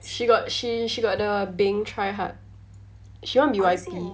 she got she she got the beng try hard she want be Y_P